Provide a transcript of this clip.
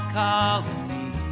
colony